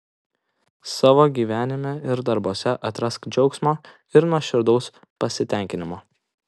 savo gyvenime ir darbuose atrask džiaugsmo ir nuoširdaus pasitenkinimo